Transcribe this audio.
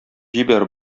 җибәр